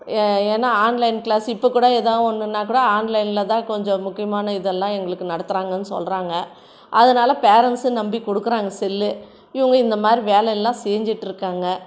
ஏன்னா online class இப்போக்கூட ஏதாது ஒன்னுன்னா கூட ஆன்லைன்ல தான் கொஞ்சம் முக்கியமான இதெல்லாம் எங்களுக்கு நடத்துகிறாங்கனு சொல்கிறாங்க அதனால் பேரண்ட்ஸும் நம்பி கொடுக்குறாங்க செல்லு இவங்க இந்தமாதிரி வேலைல்லாம் செஞ்சிகிட்டு இருக்காங்கள்